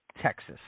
Texas